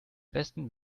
besten